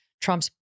Trump's